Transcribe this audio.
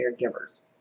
caregivers